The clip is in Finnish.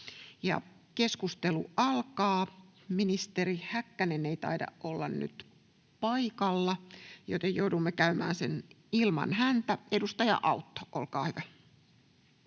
Keskustelu alkaa. Ministeri Häkkänen ei taida olla nyt paikalla, joten joudumme käymään sen ilman häntä. — Edustaja Autto. [Speech